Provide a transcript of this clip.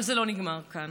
אבל זה לא נגמר כאן.